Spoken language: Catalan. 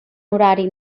horari